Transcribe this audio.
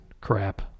crap